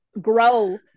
grow